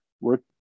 work